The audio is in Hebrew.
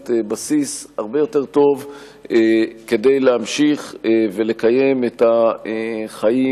בסיס הרבה יותר טוב כדי להמשיך ולקיים את החיים